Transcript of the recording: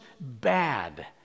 bad